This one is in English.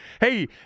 Hey